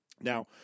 Now